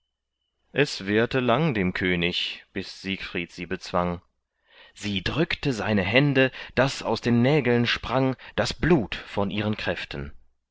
es währte lang dem könig bis siegfried sie bezwang sie drückte seine hände daß aus den nägeln sprang das blut von ihren kräften